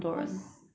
cause